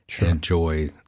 enjoy